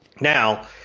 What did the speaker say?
Now